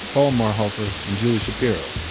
paul marhoefer and julie shapiro.